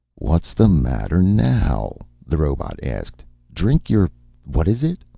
what's the matter now? the robot asked. drink your what is it?